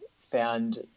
found